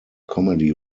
comedy